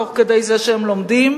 תוך כדי זה שהם לומדים.